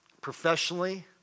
professionally